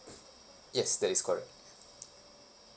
yes that is correct